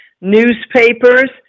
newspapers